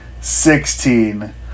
sixteen